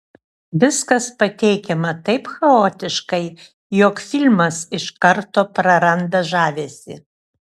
viskas pateikiama taip chaotiškai jog filmas iš karto praranda žavesį